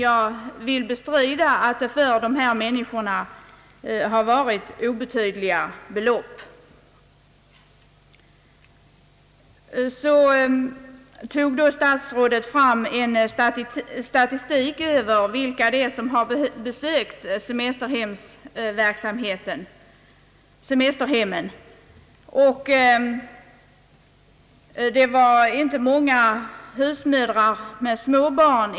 Statsrådet tog sedan fram statistik över vilka som besökt semesterhemmen, och enligt denna statistik var det inte många husmödrar med småbarn.